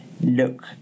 look